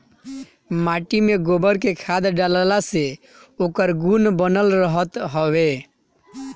माटी में गोबर के खाद डालला से ओकर गुण बनल रहत हवे